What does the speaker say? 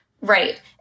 Right